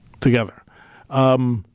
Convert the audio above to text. together